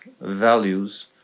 values